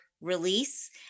release